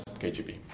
KGB